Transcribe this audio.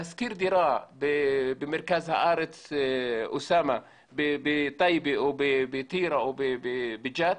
לשכור דירה במרכז הארץ, בטייבה או בטירה או בג'ת,